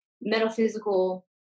metaphysical